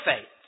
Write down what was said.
faith